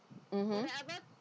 mmhmm